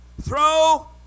Throw